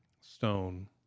stone